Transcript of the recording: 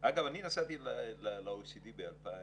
אגב, אני נסעתי ל-OECD ב-2014.